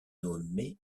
nommée